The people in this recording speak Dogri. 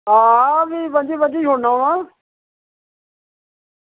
हां भी पं'जी पं'जी छुड़ना बा